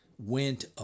went